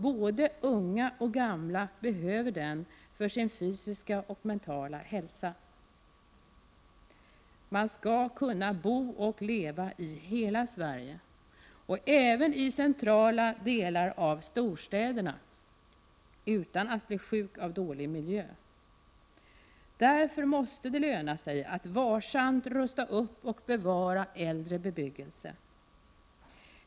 Både unga och gamla behöver den för sin fysiska och mentala hälsa. Man skall kunna bo och leva i hela Sverige och även i centrala delar av storstäderna utan att bli sjuk av dålig miljö. Det måste därför löna sig att varsamt rusta upp och bevara äldre bebyggelse.